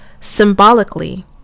Symbolically